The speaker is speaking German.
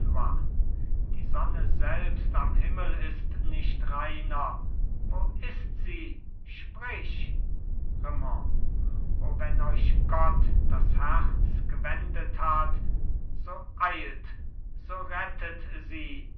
die sonne selbst am himmel ist nicht reiner wo ist sie sprich raimond o wenn euch gott das herz gewendet hat so eilt so rettet sie